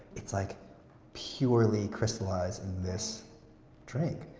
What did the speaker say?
it's like purely crystallized in this drink